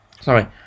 sorry